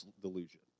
delusion